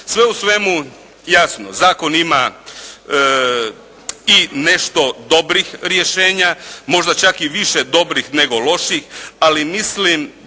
Sve u svemu, jasno zakon ima i nešto dobrih rješenja, možda čak i više dobrih nego loših, ali mislim